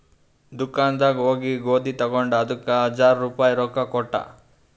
ದುಕಾನ್ ನಾಗ್ ಹೋಗಿ ಗೋದಿ ತಗೊಂಡ ಅದಕ್ ಹಜಾರ್ ರುಪಾಯಿ ರೊಕ್ಕಾ ಕೊಟ್ಟ